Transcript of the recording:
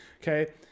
okay